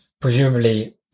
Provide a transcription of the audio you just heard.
presumably